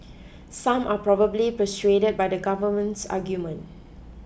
some are probably persuaded by the government's argument